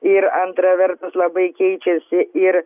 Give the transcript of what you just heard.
ir antra vertus labai keičiasi ir